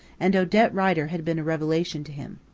and odette rider had been a revelation to him.